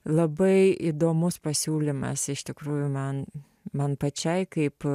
labai įdomus pasiūlymas iš tikrųjų man man pačiai kaip